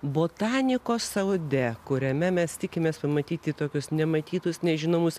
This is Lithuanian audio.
botanikos sode kuriame mes tikimės pamatyti tokius nematytus nežinomus